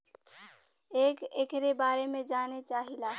हम एकरे बारे मे जाने चाहीला?